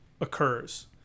occurs